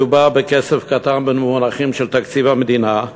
מדובר בכסף קטן במונחים של תקציב המדינה,